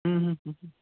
হুম হুম হুম হুম